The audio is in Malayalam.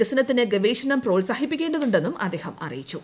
വികസനത്തിന് ഗവേഷണം പ്രോത്സാഹിപ്പിക്കേണ്ടതുണ്ടെന്നും അദ്ദേഹം അറിയിച്ചു